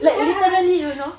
like literally you know